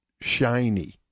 shiny